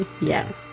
Yes